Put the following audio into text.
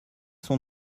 sont